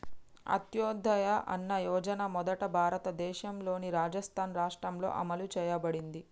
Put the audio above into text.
అంత్యోదయ అన్న యోజన మొదట భారతదేశంలోని రాజస్థాన్ రాష్ట్రంలో అమలు చేయబడింది